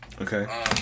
Okay